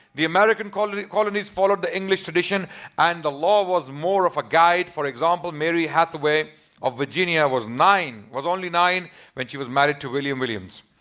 the american colonies colonies followed the english tradition and the law was more of a guide for example, mary hathaway of virginia was nine years. was only nine when she was married to william williams.